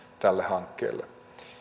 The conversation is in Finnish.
tälle hankkeelle